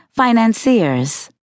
financiers